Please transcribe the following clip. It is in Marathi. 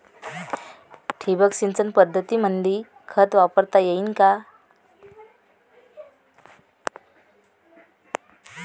ठिबक सिंचन पद्धतीमंदी खत वापरता येईन का?